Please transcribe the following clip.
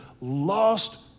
lost